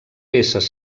peces